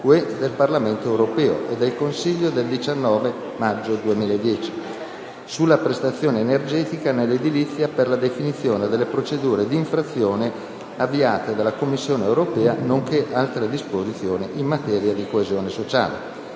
del Parlamento europeo e del Consiglio del 19 maggio 2010, sulla prestazione energetica nell’edilizia per la definizione delle procedure d’infrazione avviate dalla Commissione europea, nonche´ altre disposizioni in materia di coesione sociale